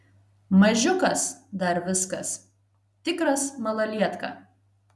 mažiukas dar viskas tikras malalietka